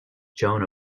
joan